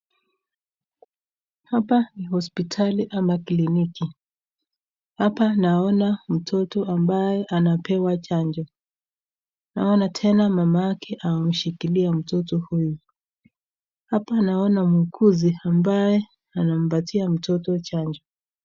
Hapa ni hospitali ama kliniki. Hapa naona mtoto ambaye anapewa chanjo. Naona tena mamake amemshikilia mtoto huyu. Hapa naona muuguzi ambaye anampatia mtoto chanjo.